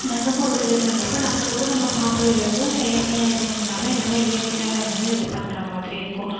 மண்ணுக்கு ஒரு ஊட்டச்சத்தாகவும் இருக்கும் நம்மளுக்கும் நம்ம சாப்பிட்றதுல இருந்தும் செயற்கையாக எதுவும் இல்லாமல் எல்லாமே இயற்கையால இருந்து இது பண்ணுற மாதிரி இருக்கும்